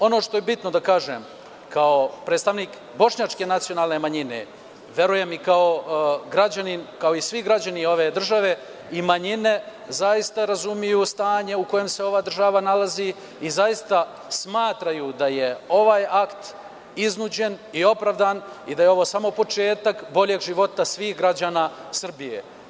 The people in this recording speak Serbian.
Ono što je bitno da kažem kao predstavnik bošnjačke nacionalne manjine, verujem i kao i svi građani ove države, i manjine zaista razumeju stanje u kojem se ova država nalazi i zaista smatraju da je ovaj akt iznuđen i opravdan i da je ovo samo početak boljeg života svih građana Srbije.